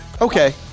Okay